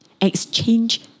Exchange